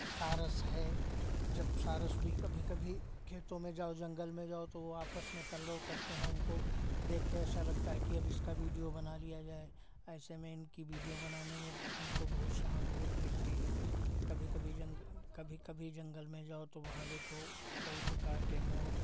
सारस है जब सारस भी कभी कभी खेतों में जाओ या जंगल में जाओ तो वो आपस में कलरव करते हैं उनको देख के ऐसा लगता है कि अब इसका वीडियो बना लिया जाए ऐसे में इसकी वीडियो बनाने में हमको बहुत सहानुभूति मिलती है कभी कभी जंग कभी कभी जंगल में जाओ तो वहाँ देखो कई प्रकार के मोर